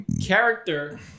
character